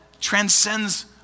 transcends